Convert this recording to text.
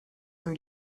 rue